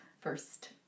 first